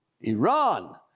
Iran